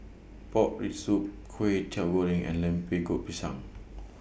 Pork Rib Soup Kway Teow Goreng and Pisang